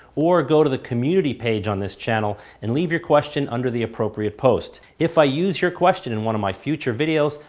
or go to the community page on this channel and leave your question under the appropriate post. if i use your question in one of my future videos,